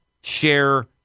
share